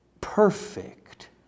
perfect